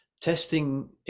testing